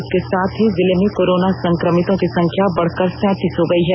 इसके साथ ही जिले में कोरोना संकमितों की संख्या बढ़कर सैंतीस हो गयी है